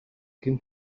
kim